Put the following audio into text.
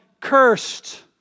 cursed